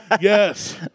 Yes